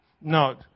no